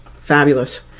fabulous